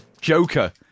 Joker